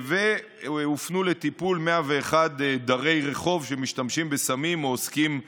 הופנו לטיפול 101 דרי רחוב שמשתמשים בסמים או עוסקים בזנות,